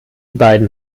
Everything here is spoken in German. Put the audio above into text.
beiden